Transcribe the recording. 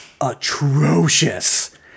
atrocious